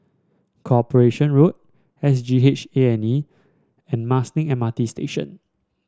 Corporation Road S G H A and E and Marsiling M R T Station